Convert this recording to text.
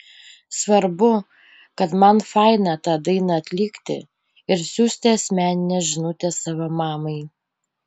svarbu kad man faina tą dainą atlikti ir siųsti asmeninę žinutę savo mamai